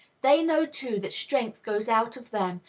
they know, too, that strength goes out of them,